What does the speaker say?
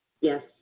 Yes